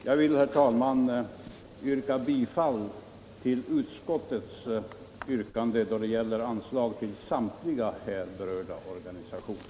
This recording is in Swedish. Jag vill, herr talman, yrka bifall till utskottets hemställan då det gäller samtliga här berörda organisationer.